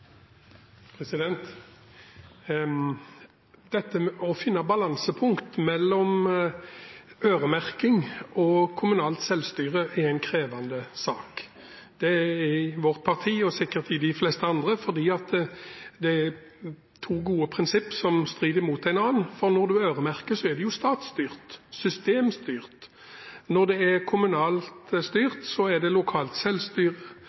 Å finne balansepunktet mellom øremerking og kommunalt selvstyre er en krevende sak. Det er det i vårt parti og sikkert i de fleste andre, fordi det er to gode prinsipper som strider mot hverandre. For når man øremerker, er det jo statsstyrt, systemstyrt. Når det er kommunalt styrt, er det lokalt selvstyre,